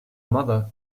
mother